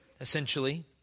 essentially